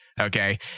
Okay